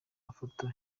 mafoto